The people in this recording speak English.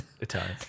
Italian